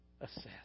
assess